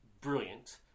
brilliant